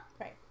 Right